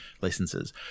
Licenses